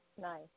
Nice